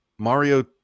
Mario